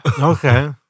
Okay